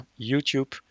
YouTube